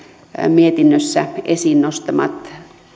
esiin nostamat